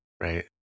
right